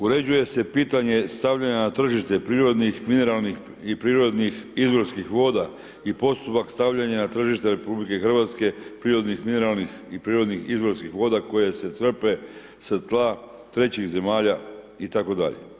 Uređuje se pitanje stavljeno na tržište prirodnih mineralnih i prirodnih izvorskih voda i postupak stavljanja na tržište RH prirodnih mineralnih i prirodnih izvorskih voda koje se crpe sa tka trećih zemalja itd.